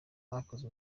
bakoze